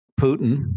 Putin